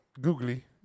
Googly